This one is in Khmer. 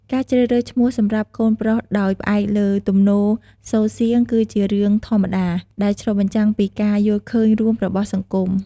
ការជ្រើសរើសឈ្មោះសម្រាប់កូនប្រុសដោយផ្អែកលើ ទំនោរសូរសៀង គឺជារឿងធម្មតា ដែលឆ្លុះបញ្ចាំងពីការយល់ឃើញរួមរបស់សង្គម។